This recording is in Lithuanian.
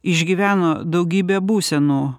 išgyveno daugybę būsenų